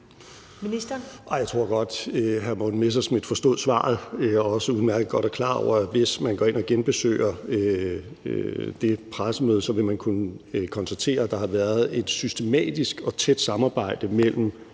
Hækkerup): Jeg tror godt hr. Morten Messerschmidt forstod svaret og også udmærket godt er klar over, at hvis man går ind og genbesøger det pressemøde, jeg nævnte, så vil man kunne konstatere, at der har været et systematisk og tæt samarbejde mellem